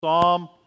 Psalm